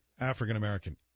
African-American